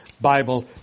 Bible